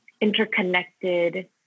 interconnected